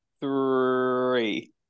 three